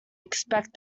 expect